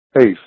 Ace